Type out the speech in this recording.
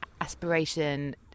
aspiration